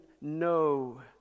no